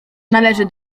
należy